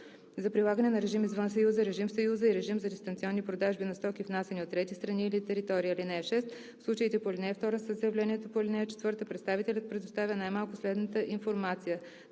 за прилагане на режим извън Съюза, режим в Съюза и режим за дистанционни продажби на стоки, внасяни от трети страни или територии. (6) В случаите по ал. 2 със заявлението по ал. 4 представителят предоставя най-малко следната информация: